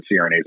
CRNAs